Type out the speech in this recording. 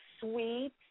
sweet